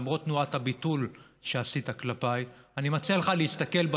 למרות תנועת הביטול שעשית כלפיי: אני מציע לך להסתכל,